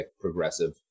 progressive